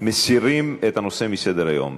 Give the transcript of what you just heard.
מסירים את הנושא מסדר-היום.